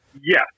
Yes